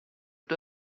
due